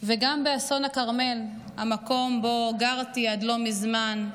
וגם באסון הכרמל, המקום שבו גרתי עד לא מזמן,